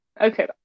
Okay